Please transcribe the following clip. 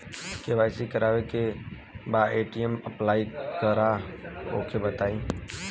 KYC करावे के बा ए.टी.एम अप्लाई करा ओके बताई?